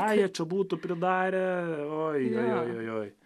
ką jie čia būtų pridarę oi oi oi oi